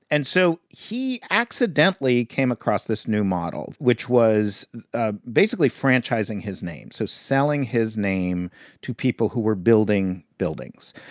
and so he accidentally came across this new model, which was ah basically franchising his name so selling his name to people who were building buildings.